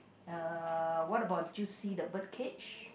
uh what about did you see the bird cage